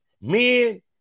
Men